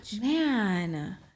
Man